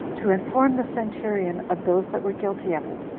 to inform the centurion of those that were guilty of it,